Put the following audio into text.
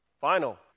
Final